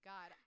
God